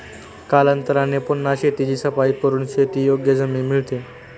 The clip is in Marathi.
कालांतराने पुन्हा शेताची सफाई करून शेतीयोग्य जमीन मिळते